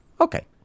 Okay